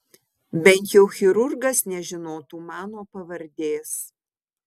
bent jau chirurgas nežinotų mano pavardės